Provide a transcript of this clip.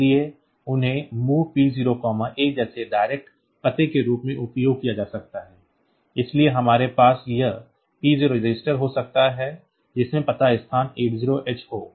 इसलिए उन्हें MOV P0 A जैसे direct पते के रूप में उपयोग किया जा सकता है इसलिए हमारे पास यह P0 रजिस्टर हो सकता है जिसमें पता स्थान 80h हो